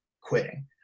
quitting